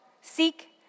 seek